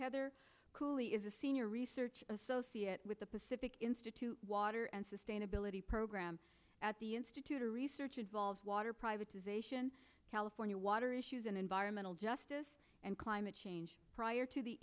cooley is a senior research associate with the pacific institute water and sustainability program at the institute a researcher devolves water privatization california water issues and environmental justice and climate change prior to the